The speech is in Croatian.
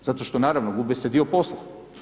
Zato što, naravno, gubi se dio posla.